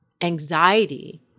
Anxiety